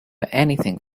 anything